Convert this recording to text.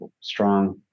strong